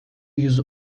yüz